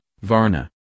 Varna